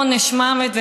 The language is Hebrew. עונש מוות,